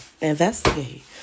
Investigate